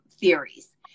theories